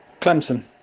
clemson